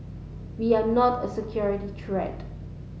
we are not a security threat